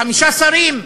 חמישה שרים,